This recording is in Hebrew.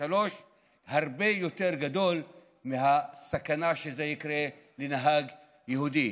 שלושה הרבה יותר גדול מהסכנה שזה יקרה לנהג יהודי.